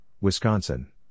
Wisconsin